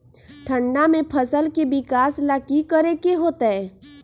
ठंडा में फसल के विकास ला की करे के होतै?